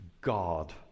God